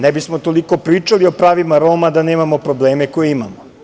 Ne bismo toliko pričali o pravima Roma da nemamo probleme koje imamo.